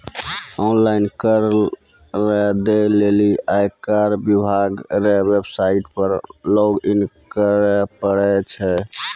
online कर रो दै लेली आयकर विभाग रो वेवसाईट पर लॉगइन करै परै छै